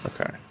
Okay